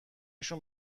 شون